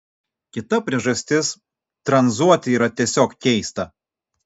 kita priežastis tranzuoti yra tiesiog keista